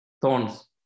thorns